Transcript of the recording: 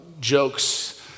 Jokes